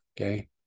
okay